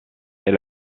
est